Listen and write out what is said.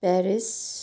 Paris